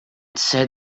said